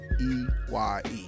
E-Y-E